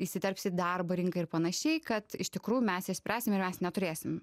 įsiterps į darbo rinką ir panašiai kad iš tikrųjų mes išspręsim ir mes neturėsim